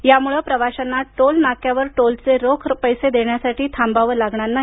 यामुळं प्रवाशांना टोल नाक्यांवर टोलचे रोख पैसे देण्यासाठी थांबावं लागणार नाही